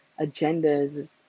agendas